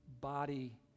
body